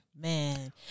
Man